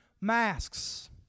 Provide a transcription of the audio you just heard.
masks